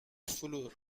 floor